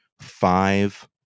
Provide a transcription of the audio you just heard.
five